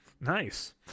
Nice